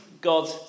God